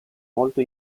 molto